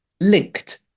linked